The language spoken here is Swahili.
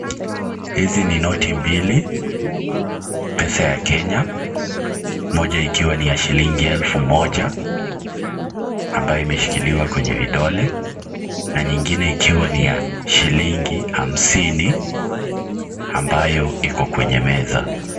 Hizi ni noti mbili, pesa ya Kenya, moja ikiwa ni ya shilingi elfu moja, ambayo imeshkiliwa kwenye vidole, na nyingine ikiwa ni ya shilingi hamsini, ambayo iko kwenye meza.